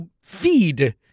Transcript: feed